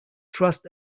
trust